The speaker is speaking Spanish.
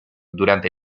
durante